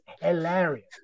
hilarious